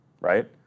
right